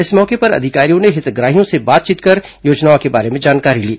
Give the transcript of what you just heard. इस मौके पर अधिकारियों ने हितग्राहियों से बातचीत कर योजनाओं के बारे में जानकारी ली